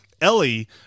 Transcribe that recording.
Ellie